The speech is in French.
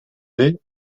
baie